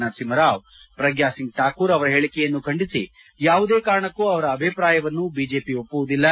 ನರಸಿಂಹರಾವ್ ಪ್ರಗ್ಲಾ ಸಿಂಗ್ ಠಾಕೂರ್ ಅವರ ಹೇಳಿಕೆಯನ್ನು ಖಂಡಿಸಿ ಯಾವುದೇ ಕಾರಣಕ್ಕೂ ಅವರ ಅಭಿಪ್ರಾಯವನ್ನು ಬಿಜೆಪಿ ಒಪ್ಪುವುದಿಲ್ಲ